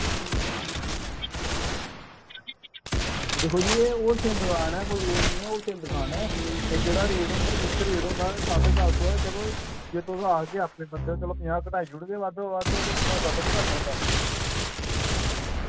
दिक्खो जी एह् होलसेल दकान ऐ कोई ओह् निं ऐ होलसेल दकान ऐ एह् जेह्ड़ा रेट होंदा एह् फिक्स रेट होंदा साड्ढे सत्त सौ ऐ चलो जे तुस आखगे अपने बंदे ओ चलो पंजाह् घटाई ओड़गे बाद्धे बद्ध होर मता थोह्ड़ी घट्ट होंदा